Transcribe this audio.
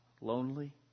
Lonely